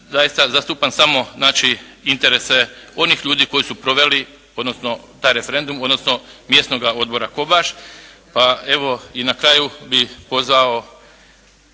zastupam samo znači interese onih ljudi koji su proveli odnosno taj referendum, odnosno mjesnoga odbora Kobaš. Pa evo, i na kraju bih pozvao